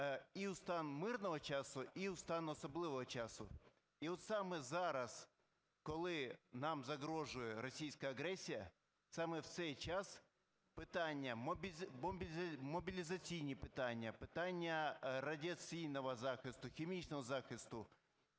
і в стан мирного часу, і в стан особливого часу. І от саме зараз, коли нам загрожує російська агресія, саме в цей час питання, мобілізаційні питання, питання радіаційного захисту, хімічного захисту,